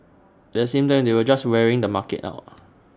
the same time they were just wearing the market out